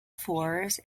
fours